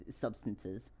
substances